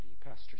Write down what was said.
Pastor